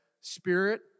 Spirit